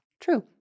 True